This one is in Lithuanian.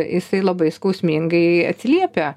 jisai labai skausmingai atsiliepia